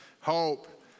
hope